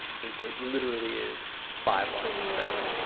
since it literally is five lines of code.